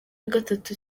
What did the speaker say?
gatandatu